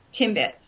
Timbits